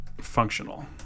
functional